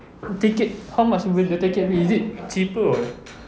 ticket how much will the ticket be is it cheaper or